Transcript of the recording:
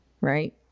right